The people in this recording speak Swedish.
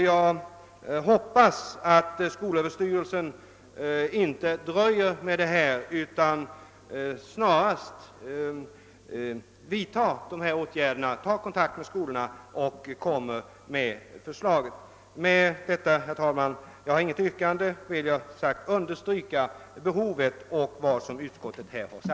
Jag hoppas att skolöverstyrelsen inte dröjer med att ta sådana initiativ utan snarast tar kontakt med skolorna och därefter framlägger förslag. Jag har, herr talman, inget yrkande; jag har bara velat understryka behovet av åtgärder och vad utskottet sagt därom.